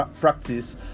practice